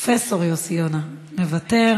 התשע"ח2018 ,